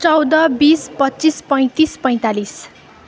चौध बिस पच्चिस पैँतिस पैँतालिस